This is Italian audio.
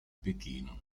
pechino